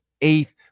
eighth